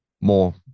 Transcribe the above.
more